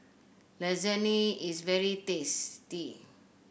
lasagne is very tasty